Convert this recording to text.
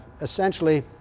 Essentially